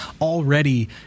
already